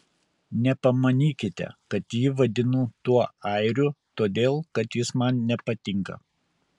nepamanykite kad jį vadinu tuo airiu todėl kad jis man nepatinka